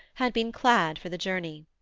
had been clad for the journey.